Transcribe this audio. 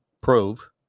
prove